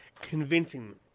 convincing